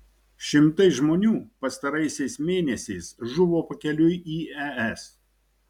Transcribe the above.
šimtai žmonių pastaraisiais mėnesiais žuvo pakeliui į es